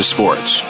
Sports